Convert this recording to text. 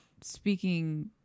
speaking